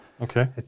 Okay